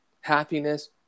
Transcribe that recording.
happiness